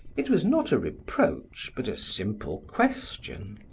it was not a reproach, but a simple question.